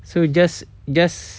so just just